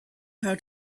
how